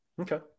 Okay